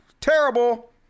terrible